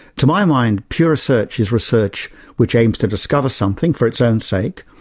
to my mind, pure research is research which aims to discover something for its own sake,